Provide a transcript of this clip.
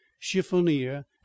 chiffonier